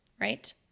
Right